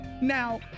Now